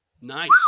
nice